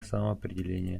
самоопределение